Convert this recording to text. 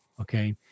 Okay